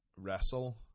Wrestle